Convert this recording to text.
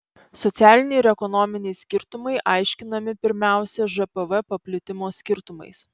socialiniai ir ekonominiai skirtumai aiškinami pirmiausia žpv paplitimo skirtumais